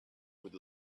with